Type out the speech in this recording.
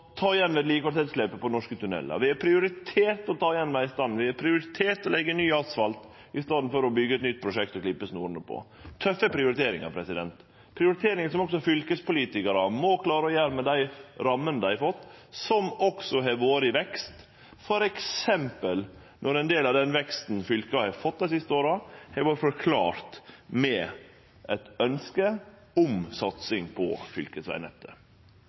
ta igjen vedlikehaldsetterslepet på norske tunnelar, vi har prioritert å ta igjen vegstandarden, vi har prioritert å leggje ny asfalt i staden for å byggje eit nytt prosjekt å klippe snorene på. Det er tøffe prioriteringar, prioriteringar som også fylkespolitikarar må klare å gjere med dei rammene dei har fått, som også har vore i vekst, f.eks. når ein del av den veksten fylka har fått dei siste åra, har vore forklart med eit ønske om satsing på fylkesvegnettet.